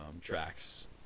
tracks